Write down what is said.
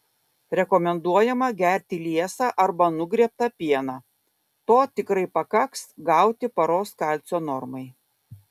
rekomenduojama gerti liesą arba nugriebtą pieną to tikrai pakaks gauti paros kalcio normai